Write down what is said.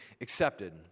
accepted